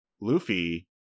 Luffy